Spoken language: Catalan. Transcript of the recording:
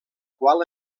qual